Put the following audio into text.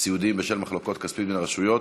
סיעודיים בשל מחלוקות כספיות בין הרשויות,